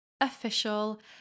official